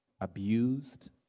abused